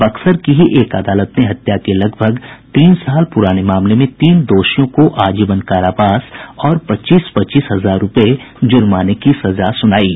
बक्सर की ही एक अदालत ने हत्या के लगभग तीन साल प्राने मामले में तीन दोषियों को आजीवन कारावास और पच्चीस पच्चीस हजार रूपये जुर्माने की सजा सुनायी है